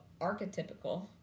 archetypical